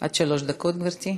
עד שלוש דקות, גברתי.